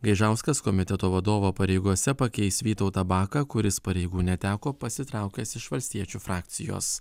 gaižauskas komiteto vadovo pareigose pakeis vytautą baką kuris pareigų neteko pasitraukęs iš valstiečių frakcijos